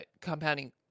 compounding